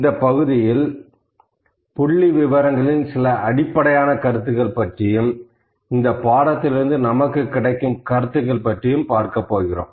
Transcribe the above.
இந்தப் பகுதியில் புள்ளிவிவரங்களின் சில அடிப்படையான கருத்துக்கள் பற்றியும் இந்த பாடத்திலிருந்து நமக்கு கிடைக்கும் கருத்துக்கள் பற்றியும் பார்க்கப் போகிறோம்